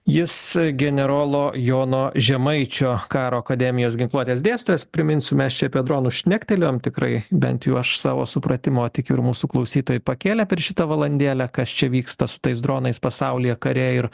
jis generolo jono žemaičio karo akademijos ginkluotės dėstytojas priminsiu mes čia apie dronus šnektelėjom tikrai bent jau aš savo supratimo tik ir mūsų klausytojai pakėlė per šitą valandėlę kas čia vyksta su tais dronais pasaulyje kare ir